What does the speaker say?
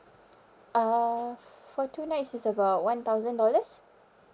uh for two nights is about one thousand dollars